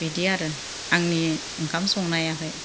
बिदि आरो आंनि ओंखाम संनायाखै